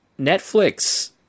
Netflix